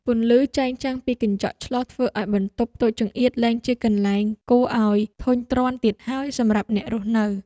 ពន្លឺចែងចាំងពីកញ្ចក់ឆ្លុះធ្វើឱ្យបន្ទប់តូចចង្អៀតលែងជាកន្លែងគួរឱ្យធុញទ្រាន់ទៀតហើយសម្រាប់អ្នករស់នៅ។